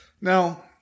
Now